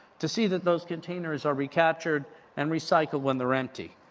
to see that those containers are recaptured and recycled when they're empty.